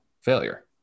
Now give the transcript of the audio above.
failure